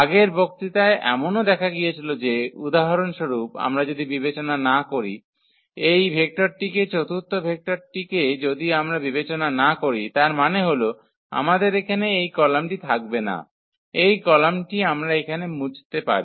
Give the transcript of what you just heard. আগের বক্তৃতায় এমনও দেখা গিয়েছিল যে উদাহরণস্বরূপ আমরা যদি বিবেচনা না করি এই ভেক্টরটিকে চতুর্থ ভেক্টরটিকে যদি আমরা বিবেচনা না করি তার মানে হল আমাদের এখানে এই কলামটি থাকবে না এই কলামটি আমরা এখন মুছতে পারি